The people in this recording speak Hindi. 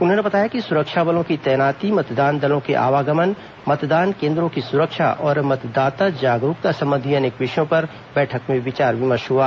उन्होंने बताया कि सुरक्षा बलों की तैनाती मतदान दलों के आवागमन मतदान केन्द्रों की सुरक्षा और मतदाता जागरूकता संबंधी अनेक विषयों पर बैठक में विचार विमर्श हुआ